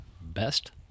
best